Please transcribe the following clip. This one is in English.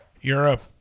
Europe